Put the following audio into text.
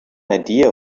idea